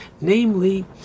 Namely